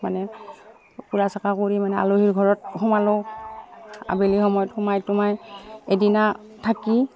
মানে ফুৰা চকা কৰি মানে আলহীৰ ঘৰত সোমালোঁ আবেলি সময়ত সোমাই তোমাই এদিনা থাকি